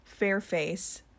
Fairface